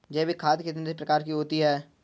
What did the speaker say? जैविक खाद कितने प्रकार की होती हैं?